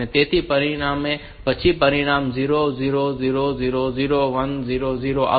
તેથી આ પરિભ્રમણ પછી પરિણામ 0 0 0 0 0 1 0 0 આવશે